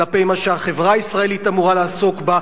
כלפי מה שהחברה הישראלית אמורה לעסוק בו,